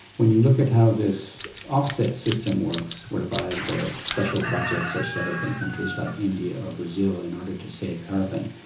when you look at how this offset system works, whereby the special projects are set up in countries like india or brazil in order to save carbon,